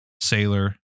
sailor